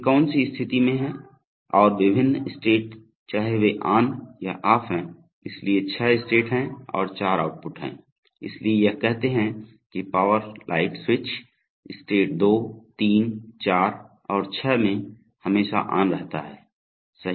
वे कौन सी स्थिति में और विभिन् स्टेट चाहे वे ऑन या ऑफ हैं इसलिए छह स्टेट हैं और चार आउटपुट हैं इसलिए यह कहते हैं कि पावर लाइट स्विच स्टेट 2 3 4 और 6 में हमेशा ऑन रहता है सही है